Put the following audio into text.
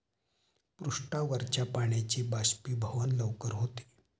पृष्ठावरच्या पाण्याचे बाष्पीभवन लवकर होते